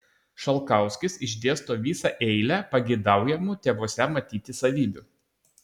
šalkauskis išdėsto visą eilę pageidaujamų tėvuose matyti savybių